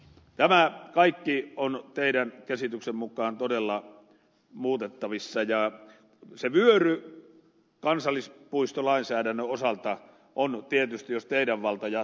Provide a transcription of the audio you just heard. tämä kaikki on teidän käsityksenne mukaan todella muutettavissa ja se vyöry kansallispuistolainsäädännön osalta on tietysti jos teidän valtanne jatkuu vaan kasvamassa